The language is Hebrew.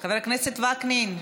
חבר הכנסת וקנין.